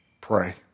pray